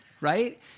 right